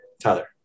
Tyler